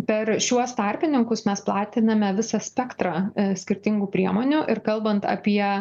per šiuos tarpininkus mes platiname visą spektrą skirtingų priemonių ir kalbant apie